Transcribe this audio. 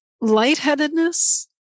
lightheadedness